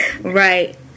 Right